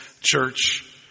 church